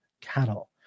cattle